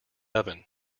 oven